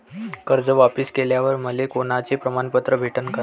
कर्ज वापिस केल्यावर मले कोनचे प्रमाणपत्र भेटन का?